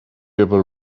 ever